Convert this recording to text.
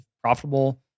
profitable